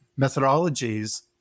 methodologies